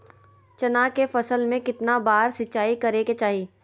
चना के फसल में कितना बार सिंचाई करें के चाहि?